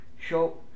show